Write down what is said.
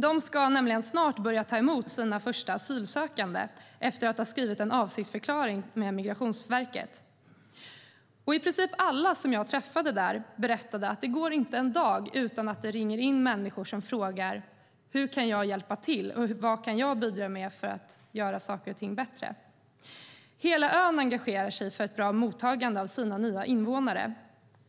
Gotland ska snart börja ta emot sina första asylsökande efter att ha skrivit en avsiktsförklaring med Migrationsverket. I princip alla jag träffade där berättade att det inte går en dag utan att människor ringer och frågar hur de kan hjälpa till och vad de kan bidra med för att göra saker och ting bättre. Hela ön engagerar sig för ett bra mottagande av sina nya invånare.